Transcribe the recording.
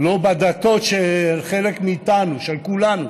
לא בדתות של חלק מאיתנו, של כולנו,